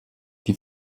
die